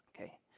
Okay